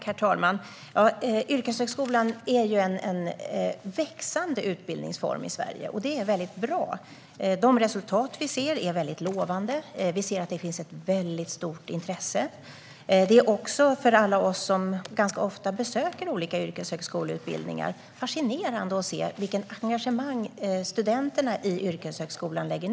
Herr talman! Yrkeshögskolan är en växande utbildningsform i Sverige, och det är mycket bra. De resultat som vi ser är mycket lovande. Vi ser att det finns ett mycket stort intresse. För alla oss som ganska ofta besöker olika yrkeshögskoleutbildningar är det fascinerande att se vilket engagemang som studenterna i yrkeshögskolan har.